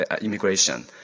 immigration